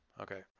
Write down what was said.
okay